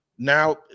Now